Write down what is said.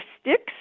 sticks